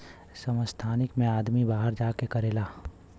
संस्थानिक मे आदमी बाहर जा के करेला